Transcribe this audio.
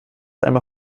einmal